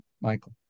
Michael